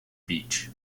beach